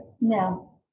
No